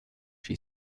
she